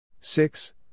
Six